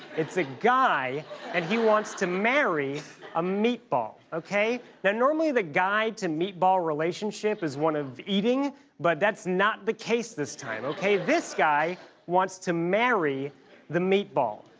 it's a guy and he wants to marry a meatball, okay? now normally the guy to meatball relationship is one of eating but that's not the case this time. okay? this guy wants to marry the meatball.